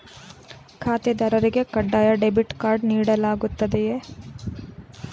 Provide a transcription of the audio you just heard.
ಖಾತೆದಾರರಿಗೆ ಕಡ್ಡಾಯ debit card ನೀಡಲಾಗುತ್ತದೆಯೇ?